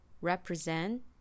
represent